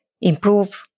improve